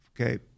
okay